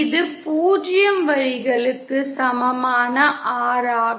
இது 0 வரிகளுக்கு சமமான R ஆகும்